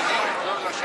בגלוי.